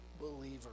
believer